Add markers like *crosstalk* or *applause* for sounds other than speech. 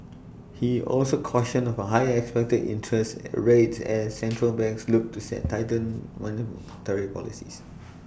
he also cautioned of higher expected interest *hesitation* rates as *noise* central banks look set to tighten monetary policies